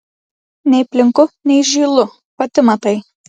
nei plinku nei žylu pati matai